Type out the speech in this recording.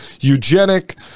eugenic